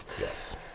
Yes